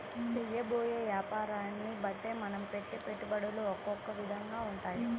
చేయబోయే యాపారాన్ని బట్టే మనం పెట్టే పెట్టుబడులు ఒకొక్క విధంగా ఉంటాయి